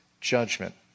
judgment